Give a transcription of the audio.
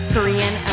Korean